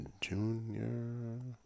junior